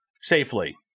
safely